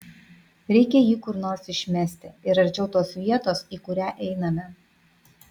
reikia jį kur nors išmesti ir arčiau tos vietos į kurią einame